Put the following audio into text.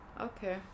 Okay